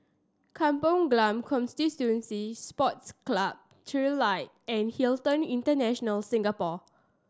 Kampong Glam Constituency Sports Club Trilight and Hilton International Singapore